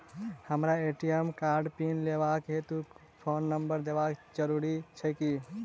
हमरा ए.टी.एम कार्डक पिन लेबाक हेतु फोन नम्बर देबाक जरूरी छै की?